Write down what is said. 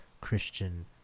Christian